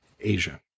Asia